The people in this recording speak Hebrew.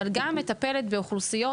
אבל גם מטפלת באוכלוסיות